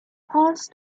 past